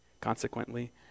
consequently